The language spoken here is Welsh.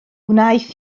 wnaeth